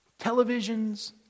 televisions